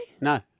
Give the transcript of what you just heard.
No